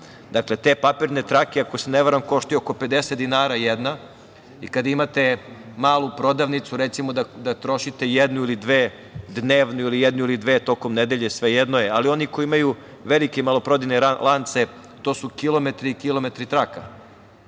traka. Te papirne trake, ako se ne varam, koštaju oko 50 dinara, jedna, i kada imate malu prodavnicu, recimo, trošite jednu ili dve dnevno ili jednu ili dve tokom nedelje, svejedno je, ali oni koji imaju velike maloprodajne lance, to su kilometri i kilometri traka.